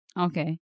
Okay